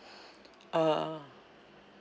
ah